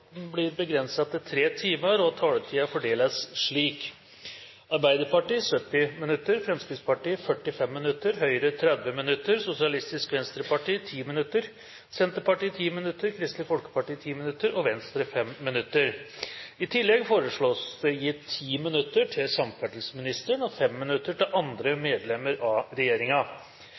debatten blir begrenset til 3 timer, og at taletiden fordeles slik: Arbeiderpartiet 70 minutter, Fremskrittspartiet 45 minutter, Høyre 30 minutter, Sosialistisk Venstreparti 10 minutter, Senterpartiet 10 minutter, Kristelig Folkeparti 10 minutter og Venstre 5 minutter. I tillegg foreslås det gitt 10 minutter til samferdselsministeren og 5 minutter til andre medlemmer av